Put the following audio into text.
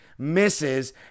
misses